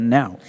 now